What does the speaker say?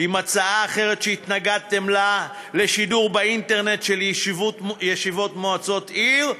עם הצעה אחרת שהתנגדתם לה לשידור באינטרנט של ישיבות מועצות עיר,